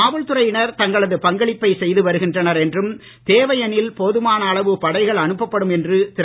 காவல்துறையினர் தங்களது பங்களிப்பை செய்து வருகின்றனர் என்றும் தேவையெனில் போதுமான அளவு படைகள் அனுப்பப்படும் என்று திரு